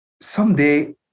someday